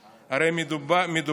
מה עם קציני צה"ל פעילים?